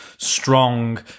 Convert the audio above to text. Strong